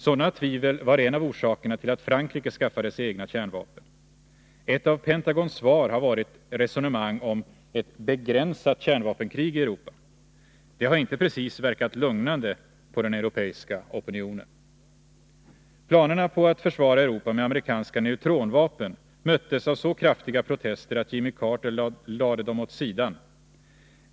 Sådana tvivel var en av orsakerna till att Frankrike skaffade sig egna kärnvapen. Ett av Pentagons svar har varit resonemang om ett ”begränsat kärnvapenkrig” i Europa. Det har inte precis verkat lugnande på den europeiska opinionen. Planerna på att försvara Europa med amerikanska neutronvapen möttes av så kraftiga protester att Jimmy Carter lade dem åt sidan.